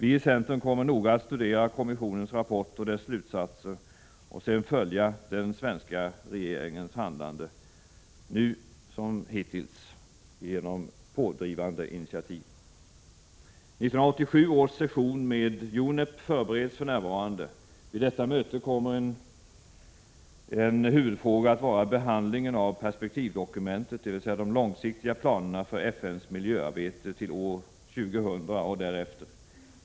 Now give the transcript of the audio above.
Vi i centern kommer noga att studera kommissionens rapport och dess slutsatser och sedan följa den svenska regeringens handlande — nu som hittills genom pådrivande initiativ. 1987 års session med UNEP förbereds för närvarande. Vid detta möte kommer en huvudfråga att vara behandlingen av perspektivdokumentet, dvs. de långsiktiga planerna för FN:s miljöarbete till år 2000 och därefter.